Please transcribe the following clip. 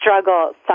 Struggle